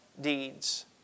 deeds